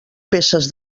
peces